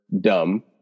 dumb